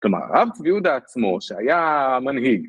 כלומר רב יהודה עצמו שהיה מנהיג